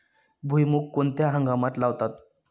भुईमूग कोणत्या हंगामात लावतात?